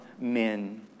men